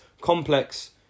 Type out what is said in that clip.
complex